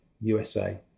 USA